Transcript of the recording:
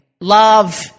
love